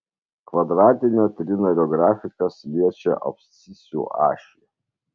kvadratinio trinario grafikas liečia abscisių ašį